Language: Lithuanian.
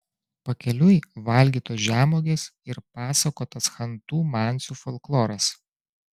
pakeliui valgytos žemuogės ir pasakotas chantų mansių folkloras